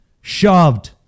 shoved